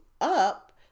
up